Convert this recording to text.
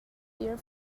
fear